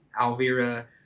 Alvira